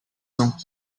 ans